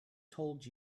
told